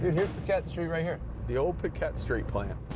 here's piquette street right here. the old piquette street plant.